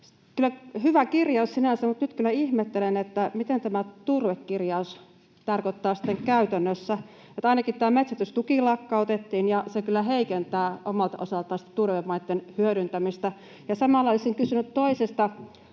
Hyvä kirjaus sinänsä, mutta nyt kyllä ihmettelen, mitä tämä turvekirjaus tarkoittaa sitten käytännössä. Ainakin tämä metsitystuki lakkautettiin, ja se kyllä heikentää omalta osaltaan sitten turvemaitten hyödyntämistä. Ja samalla olisin kysynyt toisesta,